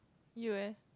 you eh